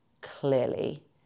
clearly